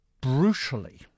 brutally